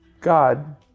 God